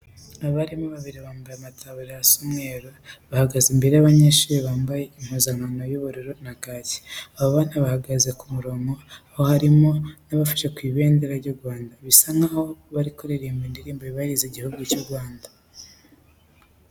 Abarimu babiri bambaye amataburiya asa umweru, bahagaze imbere y'abanyeshuri bambaye impuzankano isa ubururu na kake. Abo bana bahagaze ku murongo, aho harimo n'abafashe ku ibendera ry'u Rwanda, bisa nkaho bari kuririmba indirimbo yubahiriza igihugu cy'u Rwanda.